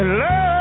love